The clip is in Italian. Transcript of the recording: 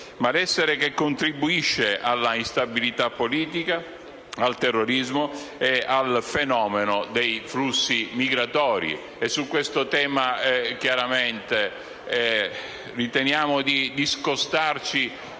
malessere che contribuisce alla instabilità politica, al terrorismo e al fenomeno dei flussi migratori. Su questo tema, chiaramente, riteniamo di discostarci